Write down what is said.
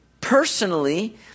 personally